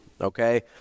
okay